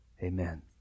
Amen